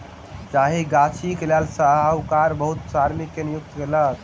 चाह गाछीक लेल साहूकार बहुत श्रमिक के नियुक्ति कयलक